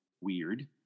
weird